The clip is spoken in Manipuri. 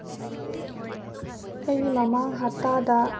ꯑꯩꯒꯤ ꯃꯃꯥꯡ ꯍꯞꯇꯥꯗ